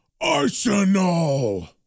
Arsenal